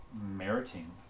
meriting